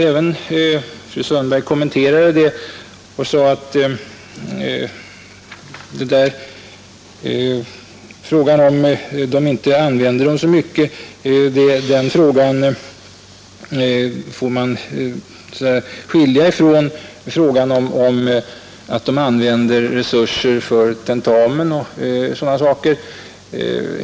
Även fru Sundberg kommenterade detta och sade att man får skilja på dessa saker och frågan om huruvida de använde resurserna för tentamen och sådana saker.